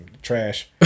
Trash